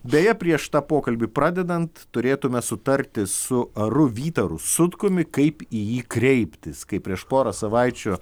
beje prieš tą pokalbį pradedant turėtume sutarti su aru vytaru sutkumi kaip į jį kreiptis kai prieš porą savaičių